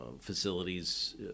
facilities